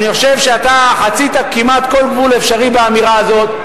אני חושב שאתה חצית כמעט כל גבול אפשרי באמירה הזאת.